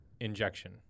injection